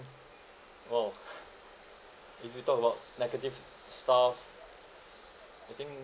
oh if you talk about negative stuff I think